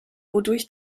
wodurch